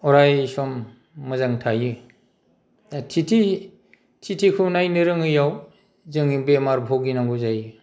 अराय सम मोजां थायो दा तिथि तिथिखौ नायनो रोङैयाव जोङो बेमार भुगिनांगौ जायो